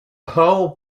whole